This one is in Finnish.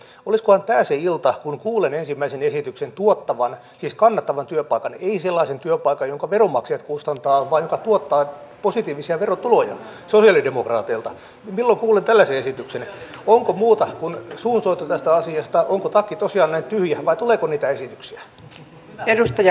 siellä nimenomaan esiteltiin että pääpaino tulee olemaan ikäihmisissä ja siellä oli myös yksi kohta jota hämmästelin jossa sanottiin että tällä ei tueta työikäisten ihmisten tilannetta koska hallituksen tavoitteena on vahvistaa ihmisten työllisyyttä ja työelämässä olemista minkä takia tämä painopiste on ikääntyvissä ihmisissä